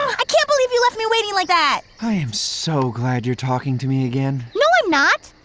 i can't believe you left me waiting like that! i'm so glad you're talking to me again. no, i'm not.